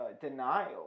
denial